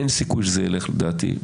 אין סיכוי שזה ילך בכנסת,